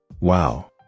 Wow